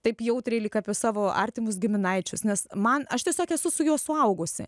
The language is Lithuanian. taip jautriai lyg apie savo artimus giminaičius nes man aš tiesiog esu su juo suaugusi